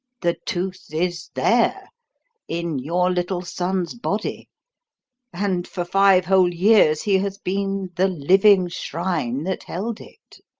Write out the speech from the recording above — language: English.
the tooth is there in your little son's body and for five whole years he has been the living shrine that held it!